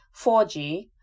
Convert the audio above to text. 4g